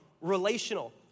relational